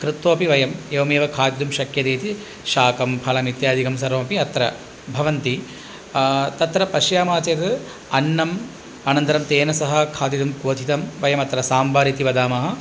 कृत्वापि वयम् एवमेव खादितुं शक्यते इति शाकं फलम् इत्यादिकं सर्वमपि अत्र भवन्ति तत्र पश्यामः चेत् अन्नम् अनन्तरं तेन सह खादितुं क्वथितं वयम् अत्र साम्बर् इति वदामः